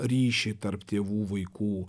ryšį tarp tėvų vaikų